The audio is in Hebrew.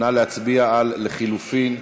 נא להצביע על לחלופין.